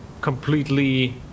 completely